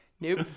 Nope